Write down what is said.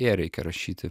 ė reikia rašyti